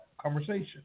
conversation